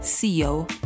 co